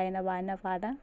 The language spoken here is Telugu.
ఆయన పాడిన పాట